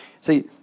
See